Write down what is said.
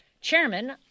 chairman